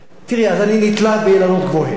אז אני נתלה באילנות גבוהים,